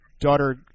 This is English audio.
daughter